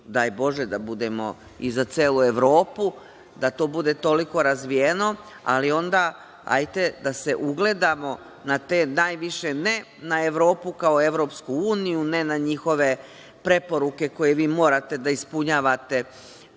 daj Bože da budemo i za celu Evropu, da to bude toliko razvijeno. Hajde da se ugledamo na te najviše, ne na Evropu kao EU, ne na njihove preporuke koje vi morate da ispunjavate